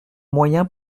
moyens